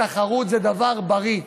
תחרות זה דבר בריא,